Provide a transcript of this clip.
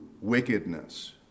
wickedness